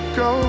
go